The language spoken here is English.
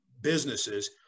businesses